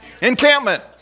Encampment